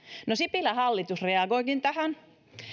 no sipilän hallitus reagoikin tähän